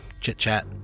chit-chat